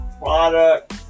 product